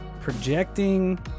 projecting